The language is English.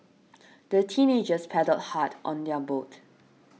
the teenagers paddled hard on their boat